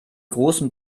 großen